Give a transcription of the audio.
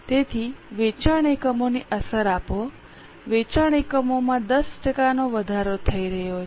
તેથી વેચાણ એકમોની અસર આપો વેચાણ એકમોમાં 10 ટકાનો વધારો થઈ રહ્યો છે